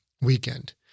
weekend